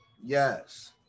yes